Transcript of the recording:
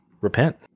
repent